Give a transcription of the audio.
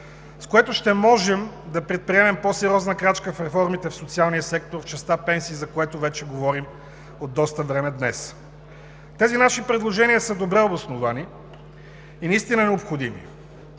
с което ще можем да предприемем по-сериозна крачка в реформите в социалния сектор в частта „Пенсии“, за което говорим от доста време днес. Тези наши предложения са добре обосновани и наистина необходими.